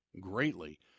greatly